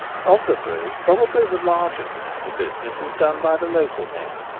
of the three probably the largest amount of business is done by the local men,